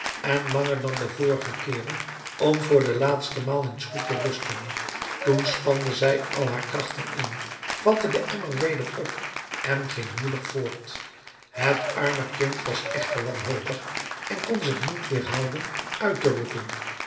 en langer dan de vorige keeren om voor de laatste maal eens goed te rusten toen spande zij al haar krachten in vatte den emmer weder op en ging moedig voort het arme kind was echter wanhopig en kon zich niet weerhouden uit te roepen